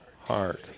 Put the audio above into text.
heart